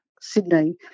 Sydney